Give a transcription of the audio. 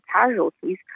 casualties